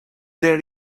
there